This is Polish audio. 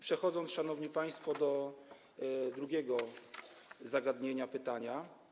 Przechodząc, szanowni państwo, do drugiego zagadnienia, pytania.